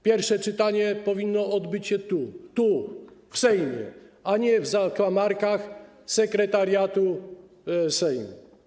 Pierwsze czytanie powinno odbyć się tu, w Sejmie, a nie w zakamarkach sekretariatu Sejmu.